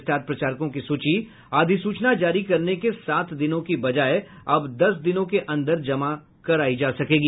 star प्रचारकों की सूची अधिसूचना जारी करने की सात दिनों के बजाय अब दस दिनों के अंदर जमा कराई जा सकेगी